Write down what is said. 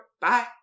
Bye